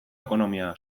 ekonomia